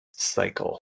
cycle